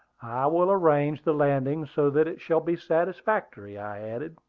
i will arrange the landing so that it shall be satisfactory, i added,